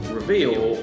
Reveal